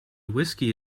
whiskey